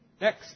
next